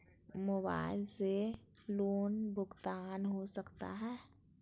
Mobile से loan भुगतान हो सकता है?